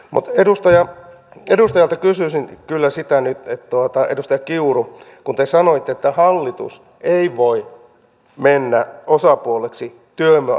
mutta edustaja kiurulta kysyisin kyllä siitä nyt kun te sanoitte että hallitus ei voi mennä osapuoleksi työmarkkinapöytään